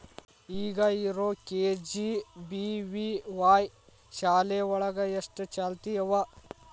ಈಗ ಇರೋ ಕೆ.ಜಿ.ಬಿ.ವಿ.ವಾಯ್ ಶಾಲೆ ಒಳಗ ಎಷ್ಟ ಚಾಲ್ತಿ ಅವ?